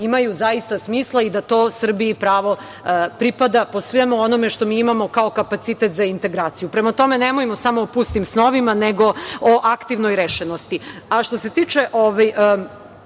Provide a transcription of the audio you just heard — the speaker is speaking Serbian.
imaju smisla i da to Srbiji pravo pripada po svemu onome što mi imamo kao kapacitet za integraciju. Prema tome, nemojmo samo o pustim snovima nego o aktivnoj rešenosti. Što